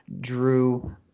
Drew